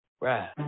Right